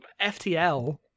FTL